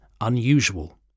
unusual